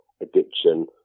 addiction